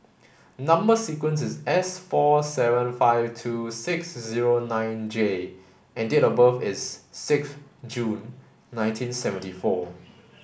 number sequence is S four seven five two six zero nine J and date of birth is six June nineteen seventy four